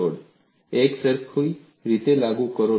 લોડને એકસરખી રીતે લાગુ કરો